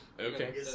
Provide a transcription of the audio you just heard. okay